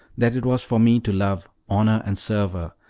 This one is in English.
that it was for me to love, honor, and serve her,